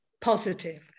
positive